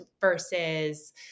versus